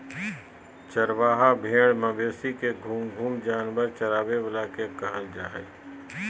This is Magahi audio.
चरवाहा भेड़ मवेशी के घूम घूम जानवर चराबे वाला के कहल जा हइ